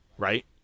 right